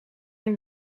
een